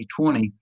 2020